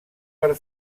per